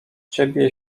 ciebie